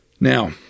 Now